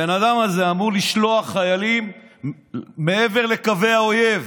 הבן אדם הזה אמור לשלוח חיילים מעבר לקווי האויב.